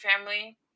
family